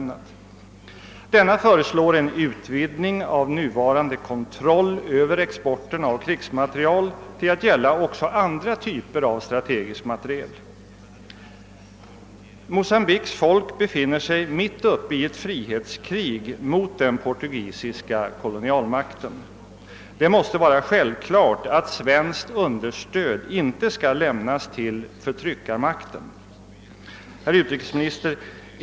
I den motionen föreslås en utvidgning av den nuvarande kontrollen över exporten av krigsmateriel till att gälla också andra typer av strategisk materiel. Mocambiques folk befinner sig mitt uppe i ett frihetskrig mot den portugisiska kolonialmakten. Det måste vara självklart att svenskt understöd inte skall lämnas till förtryckarmakten.